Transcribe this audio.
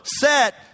set